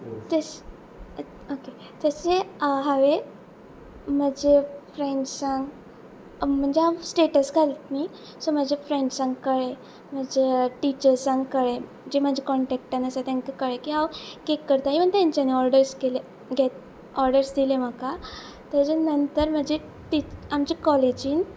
तशे ओके हांवे म्हजे फ्रेंड्सांक म्हणजे हांव स्टेटस घालता न्ही सो म्हाज्या फ्रेंड्सांक कळ्ळें म्हजे टिचर्सांक कळ्ळें जे म्हजे कॉन्टेक्टान आसा तांकां कळ्ळें की हांव केक करता इवन तांच्यानी ऑर्डर्स केले ऑर्डर्स दिले म्हाका ताजे नंतर म्हजे टिच आमच्या कॉलेजीन